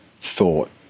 thought